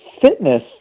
fitness